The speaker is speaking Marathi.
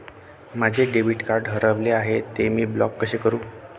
माझे डेबिट कार्ड हरविले आहे, ते मी ब्लॉक कसे करु?